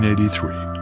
and eighty three,